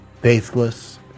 Faithless